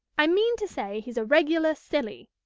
i mean to say he's a regular silly.